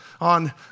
on